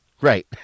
Right